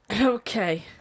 Okay